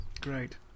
Great